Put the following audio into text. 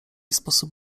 sposób